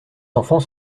enfants